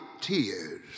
tears